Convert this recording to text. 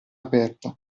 aperta